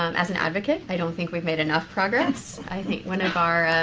um as an advocate, i don't think we've made enough progress. i think one of our,